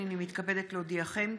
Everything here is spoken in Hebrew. הינני מתכבדת להודיעכם,